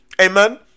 Amen